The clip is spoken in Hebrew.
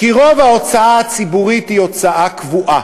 כי רוב ההוצאה הציבורית היא הוצאה קבועה.